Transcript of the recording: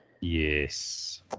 yes